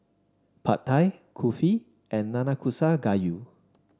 Pad Thai Kulfi and Nanakusa Gayu